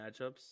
matchups